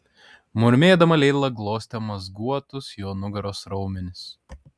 murmėdama leila glostė mazguotus jo nugaros raumenis